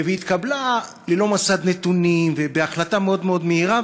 התקבלה ללא מסד נתונים ובהחלטה מאוד מאוד מהירה.